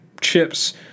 chips